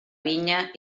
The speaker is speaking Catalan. vinya